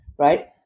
Right